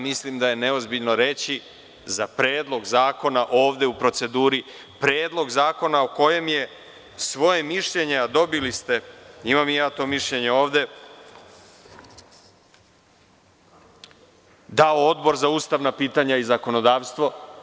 Mislim da je neozbiljno reći za Predlog zakona ovde u proceduri, Predlog zakona o kojem je svoje mišljenje, a dobili ste, imam i ja to mišljenje ovde, dao Odbor za ustavna pitanja i zakonodavstvo.